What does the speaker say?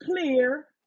clear